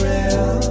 Real